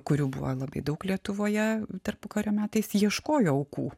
kurių buvo labai daug lietuvoje tarpukario metais ieškojo aukų